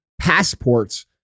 passports